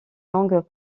longues